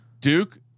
Duke